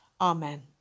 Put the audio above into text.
Amen